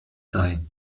sei